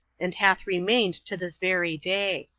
and hath remained to this very day.